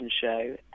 show